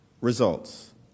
results